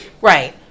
Right